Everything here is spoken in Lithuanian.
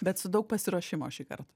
bet su daug pasiruošimo šįkart